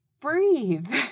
breathe